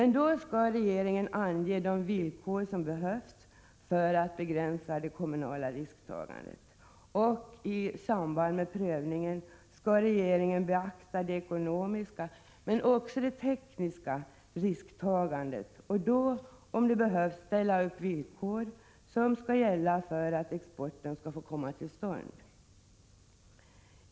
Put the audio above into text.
I sådana fall anger dock regeringen de villkor som behöver ställas upp för begränsande av det kommunala risktagandet. I samband med prövningen skall regeringen beakta det ekonomiska men också det tekniska risktagandet och, om det behövs, ställa upp villkor som skall gälla för att exporten skall få komma till stånd.